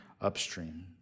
upstream